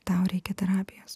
tau reikia terapijos